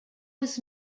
was